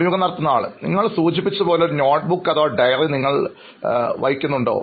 അഭിമുഖം നടത്തുന്നയാൾ നിങ്ങൾ സൂചിപ്പിച്ചത് പോലെ ഒരു നോട്ട് ബുക്ക് അഥവാ ഡയറി നിങ്ങൾ വഹിക്കുന്നുണ്ടോ